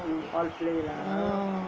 mm